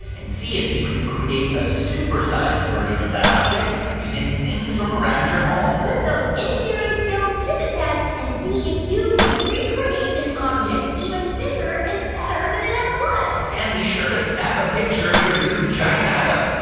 and see if you can create a super-sized version of that object using things from around your home put those engineering skills to the test and see if you can recreate an object even bigger and better than it ever was and be sure to snap a picture of your new giant item.